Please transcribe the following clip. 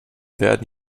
werden